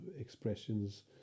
expressions